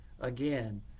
again